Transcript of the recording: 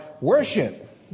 worship